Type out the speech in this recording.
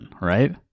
right